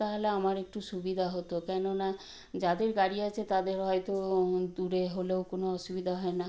তাহালে আমার একটু সুবিধা হতো কেননা যাদের গাড়ি আছে তাদের হয়তো দূরে হলেও কোনো অসুবিধা হয় না